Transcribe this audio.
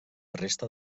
resta